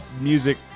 music